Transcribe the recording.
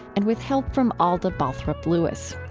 and with help from alda balthrop-lewis.